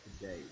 today